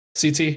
CT